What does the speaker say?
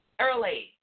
early